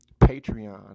Patreon